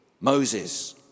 Moses